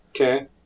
Okay